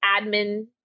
admin